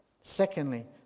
Secondly